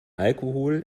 alkohol